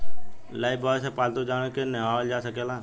Lifebuoy से पाल्तू जानवर के नेहावल जा सकेला